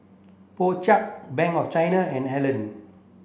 Po Chai Bank of China and Helen